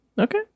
Okay